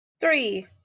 Three